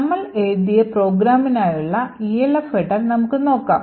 നമ്മൾ എഴുതിയ പ്രോഗ്രാമിനായുള്ള ELF header നമുക്ക് നോക്കാം